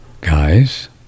guys